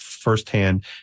firsthand